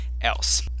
else